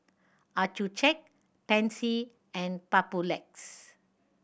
Accucheck Pansy and Papulex